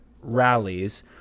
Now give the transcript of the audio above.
rallies